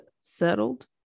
settled